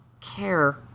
care